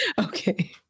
okay